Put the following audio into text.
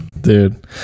dude